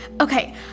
Okay